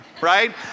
right